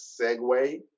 segue